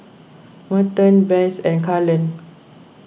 Merton Bess and Kalen